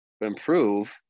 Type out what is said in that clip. improve